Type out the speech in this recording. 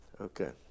Okay